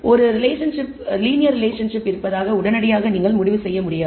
ஒரு linear relationship இருப்பதாக உடனடியாக நீங்கள் முடிவு செய்ய முடியாது